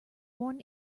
worn